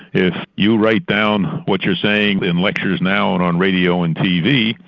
if you write down what you're saying in lectures now and on radio and tv,